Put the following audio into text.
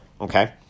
Okay